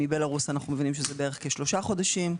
מבלרוס אנו מבינים שזה כ-3 חודשים.